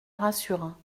rassura